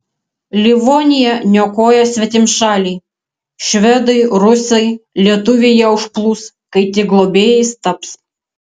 livoniją niokoja svetimšaliai švedai rusai lietuviai ją užplūs kai tik globėjais taps